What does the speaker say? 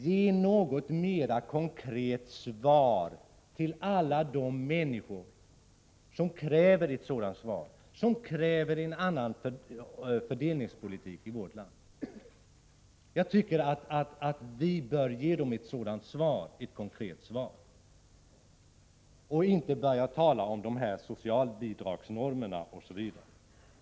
Ge något mera konkret svar, Kjell-Olof Feldt, till alla de människor som kräver en annan fördelningspolitik i vårt land. Jag tycker att de bör få ett konkret svar — börja inte tala om socialbidragsnormerna osv.